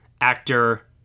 actor